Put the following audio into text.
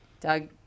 Doug